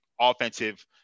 offensive